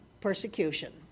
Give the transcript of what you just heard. persecution